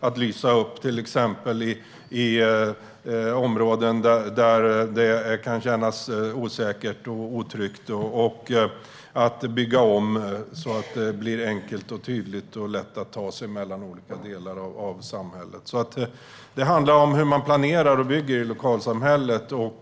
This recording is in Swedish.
Det handlar till exempel om att lysa upp i områden där det kan kännas osäkert och otryggt och att bygga om så att det blir enkelt, tydligt och lätt att ta sig mellan olika delar av samhället. Det handlar om hur man planerar och bygger i lokalsamhället.